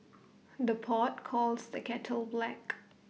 the pot calls the kettle black